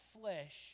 flesh